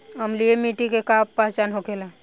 अम्लीय मिट्टी के का पहचान होखेला?